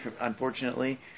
unfortunately